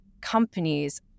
companies